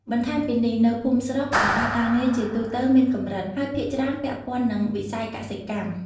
បន្ថែមពីនេះ នៅភូមិស្រុកឱកាសការងារជាទូទៅមានកម្រិត ហើយភាគច្រើនពាក់ព័ន្ធនឹងវិស័យកសិកម្ម។